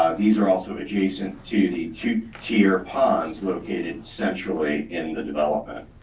these are also adjacent to the two tier ponds located centrally in the development.